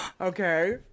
Okay